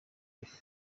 life